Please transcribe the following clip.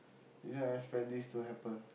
I didn't expect this to happen